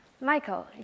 Michael